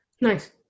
Nice